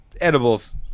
edibles